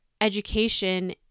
education